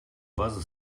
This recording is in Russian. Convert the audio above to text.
базы